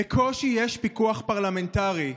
בקושי יש פיקוח פרלמנטרי.